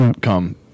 come